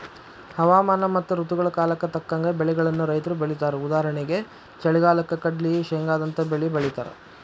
ಹವಾಮಾನ ಮತ್ತ ಋತುಗಳ ಕಾಲಕ್ಕ ತಕ್ಕಂಗ ಬೆಳಿಗಳನ್ನ ರೈತರು ಬೆಳೇತಾರಉದಾಹರಣೆಗೆ ಚಳಿಗಾಲಕ್ಕ ಕಡ್ಲ್ಲಿ, ಶೇಂಗಾದಂತ ಬೇಲಿ ಬೆಳೇತಾರ